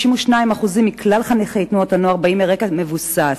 52% מכלל חניכי תנועות הנוער באים מרקע מבוסס,